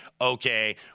okay